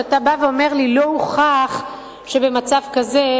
שאתה בא ואומר לי שלא הוכח שבמצב כזה